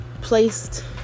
placed